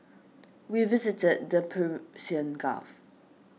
we visited the Persian Gulf